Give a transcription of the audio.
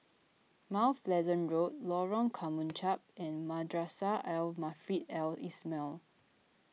Mount Pleasant Road Lorong Kemunchup and Madrasah Al Maarif Al Islamiah